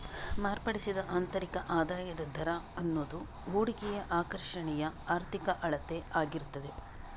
ಮಾರ್ಪಡಿಸಿದ ಆಂತರಿಕ ಆದಾಯದ ದರ ಅನ್ನುದು ಹೂಡಿಕೆಯ ಆಕರ್ಷಣೆಯ ಆರ್ಥಿಕ ಅಳತೆ ಆಗಿರ್ತದೆ